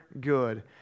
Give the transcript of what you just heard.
good